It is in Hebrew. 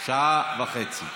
שעה וחצי.